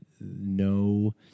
no